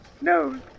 No